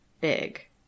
Big